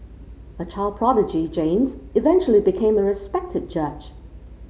a child prodigy James eventually became a respected judge